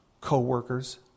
co-workers